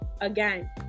again